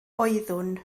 oeddwn